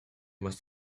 must